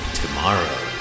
tomorrow